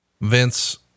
Vince